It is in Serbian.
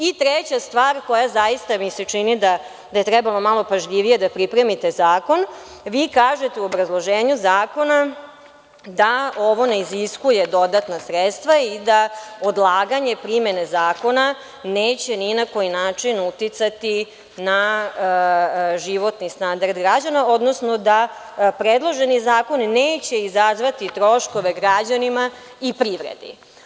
I treća stvar koja mi se zaista čini da je trebala malo pažljivije da pripremite zakon, vi kažete u obrazloženju zakona da ovo ne iziskuje dodatna sredstva i da odlaganje primene zakona neće ni na koji način uticati na životni standard građana, odnosno da predloženi zakon neće izazvati troškove građanima i privredi.